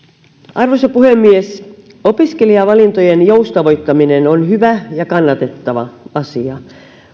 arvoisa puhemies opiskelijavalintojen joustavoittaminen on hyvä ja kannatettava asia